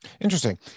Interesting